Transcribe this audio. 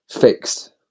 fixed